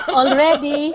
already